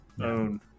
own